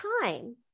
time